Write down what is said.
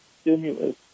stimulus